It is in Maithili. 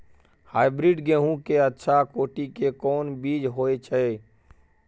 हाइब्रिड गेहूं के अच्छा कोटि के कोन बीज होय छै?